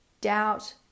doubt